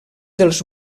dels